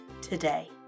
today